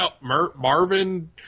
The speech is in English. Marvin